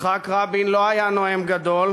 יצחק רבין לא היה נואם גדול,